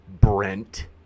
Brent